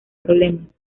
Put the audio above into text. problemas